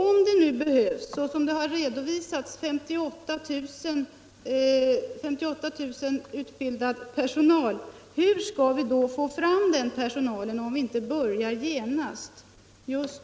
Om det behövs 58 000 utbildade lärare på detta område, hur skall vi då få fram dem om vi inte börjar genast?